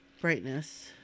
brightness